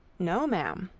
no, ma'am.